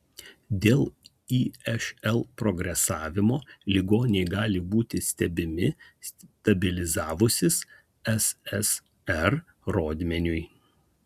dėl išl progresavimo ligoniai gali būti stebimi stabilizavusis ssr rodmeniui